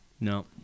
No